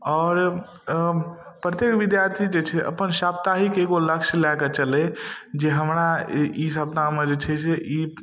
आओर प्रत्येक विद्यार्थी जे छै अपन साप्ताहिक एगो लक्ष्य लए कऽ चलै जे हमरा ई ई सप्ताहमे जे छै से एक